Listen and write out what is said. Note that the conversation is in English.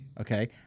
okay